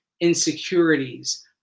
insecurities